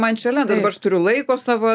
man čia lenda dabar aš turiu laiko savo